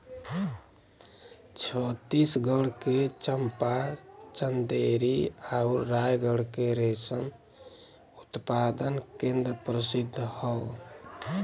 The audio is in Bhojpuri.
छतीसगढ़ के चंपा, चंदेरी आउर रायगढ़ के रेशम उत्पादन केंद्र प्रसिद्ध हौ